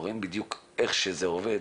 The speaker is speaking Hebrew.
רואים בדיוק איך שזה עובד.